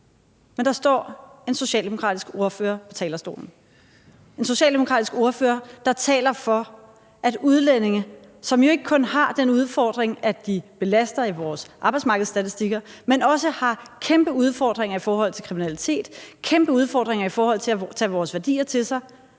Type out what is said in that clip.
Men der står en socialdemokratisk ordfører på talerstolen, en socialdemokratisk ordfører, der taler for, at udlændinge, som jo ikke kun har den udfordring, at de belaster i vores arbejdsmarkedsstatistikker, men også har kæmpe udfordringer i forhold til kriminalitet, kæmpe udfordringer i forhold til at tage vores værdier til sig,